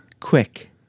quick